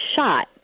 shot